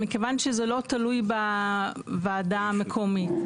מכיוון שזה לא תלוי בוועדה המקומית,